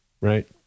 Right